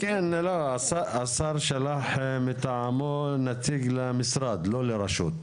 השר שלך מטעמו נציג למשרד, לא לרשות,